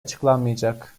açıklanmayacak